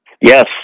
Yes